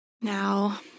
Now